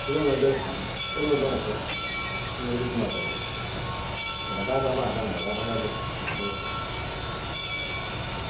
eleweba too ele wovemako iwe-dogumabe eli obu oga-aga. Beye aga mabe ye agba hia be nu nha bezi,